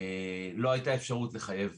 לא הייתה אפשרות לחייב